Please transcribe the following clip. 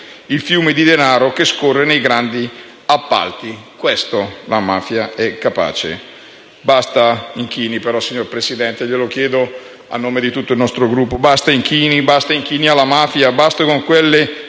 il fiume di denaro che scorre nei grandi appalti. Di questo la mafia è capace.